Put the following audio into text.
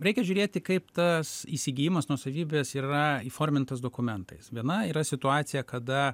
reikia žiūrėti kaip tas įsigijimas nuosavybės yra įformintas dokumentais viena yra situacija kada